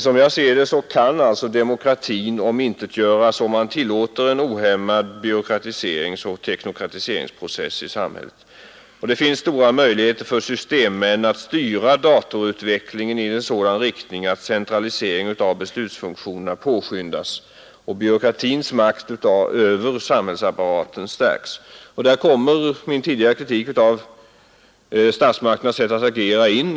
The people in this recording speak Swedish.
Som jag ser det kan demokratin omintetgöras, ifall man tillåter en ohämmad byråkratiseringsoch teknokratiseringsprocess i samhället, och det finns stora möjligheter för systemmän att styra datorutvecklingen i en sådan riktning att centraliseringen av beslutsfunktionerna påskyndas och byråkratins makt över samhällsapparaten stärks. Där kommer min tidigare kritik av statsmakternas sätt att agera in.